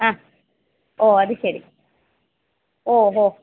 ആ ഓ അത് ശരി ഓ ഹോ